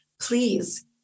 please